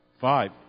Five